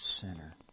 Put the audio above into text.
sinner